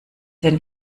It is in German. denn